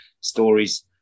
stories –